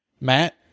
matt